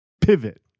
Pivot